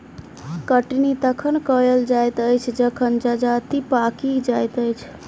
कटनी तखन कयल जाइत अछि जखन जजति पाकि जाइत अछि